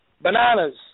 bananas